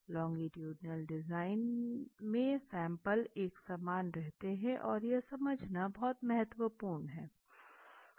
longitudinal design में samples एक समान रहते हैं और यह समझना बहुत महत्वपूर्ण है